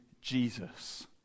Jesus